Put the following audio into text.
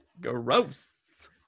Gross